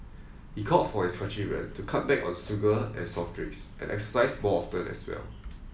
he called for his countrymen to cut back on sugar and soft drinks and exercise more often as well